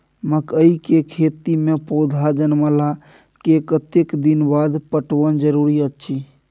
मकई के खेती मे पौधा जनमला के कतेक दिन बाद पटवन जरूरी अछि?